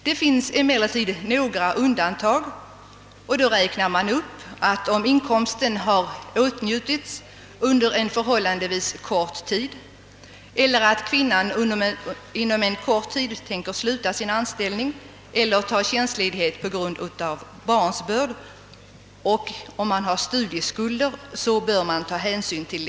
Det finns dock några undantag, och det framhålles att om inkomsten har åtnjutits under en förhållandevis kort tid eller att kvinnan inom en relativt snar framtid tänker sluta sin anställning eller ta tjänstledighet på grund av barnsbörd eller om det finns studieskulder, bör hänsyn tas härtill.